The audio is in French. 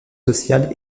sociale